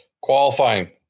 Qualifying